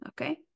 okay